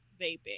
vaping